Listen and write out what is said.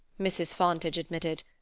mrs. fontage admitted,